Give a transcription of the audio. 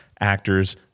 actors